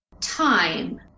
time